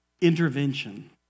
intervention